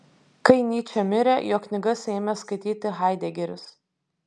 kai nyčė mirė jo knygas ėmė skaityti haidegeris